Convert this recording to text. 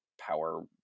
power